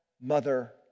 Mother